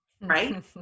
right